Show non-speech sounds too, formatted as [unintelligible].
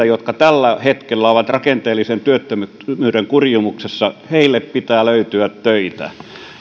[unintelligible] jotka tällä hetkellä ovat rakenteellisen työttömyyden kurimuksessa pitää löytyä töitä